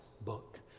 book